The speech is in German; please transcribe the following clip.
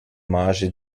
marge